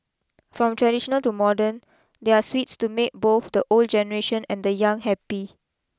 from traditional to modern there are sweets to make both the old generation and the young happy